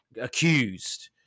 accused